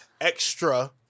extra